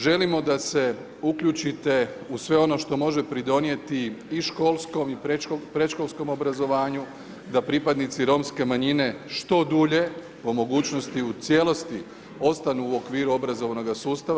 Želimo da se uključite u sve ono što može pridonijeti i školskom i predškolskom obrazovanju, da pripadnici Romske manjine, što dulje, o mogućnosti, u cijelosti ostanu u okviru obrazovanoga sustava.